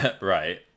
Right